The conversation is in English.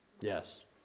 Yes